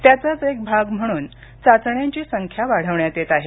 त्याचाच एक भाग म्हणून चाचण्यांची संख्या वाढवण्यात येत आहे